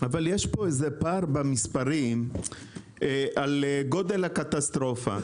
אבל יש פה פער במספרים על גודל הקטסטרופה.